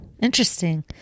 interesting